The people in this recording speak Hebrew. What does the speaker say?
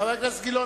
חבר הכנסת גילאון,